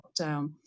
lockdown